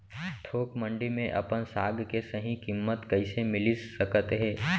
थोक मंडी में अपन साग के सही किम्मत कइसे मिलिस सकत हे?